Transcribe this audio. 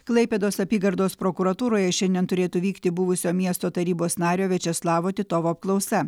klaipėdos apygardos prokuratūroje šiandien turėtų vykti buvusio miesto tarybos nario viačeslavo titovo apklausa